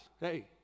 Hey